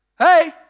Hey